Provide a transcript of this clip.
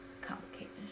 complicated